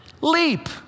Leap